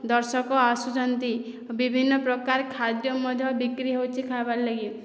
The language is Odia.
ଦର୍ଶକ ଆସୁଛନ୍ତି ବିଭିନ୍ନପ୍ରକାର ଖାଦ୍ୟ ମଧ୍ୟ ବିକ୍ରି ହେଉଛି ଖାଇବାର୍ଲାଗି